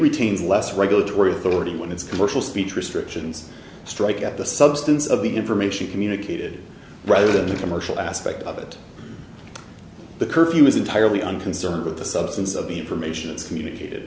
retains less regulatory authority when its commercial speech restrictions strike at the substance of the information communicated rather than the commercial aspect of it the curfew is entirely unconcerned with the substance of the information it's communicated